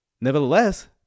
Nevertheless